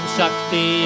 Shakti